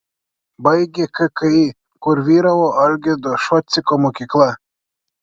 baigė kki kur vyravo algirdo šociko mokykla